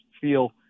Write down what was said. feel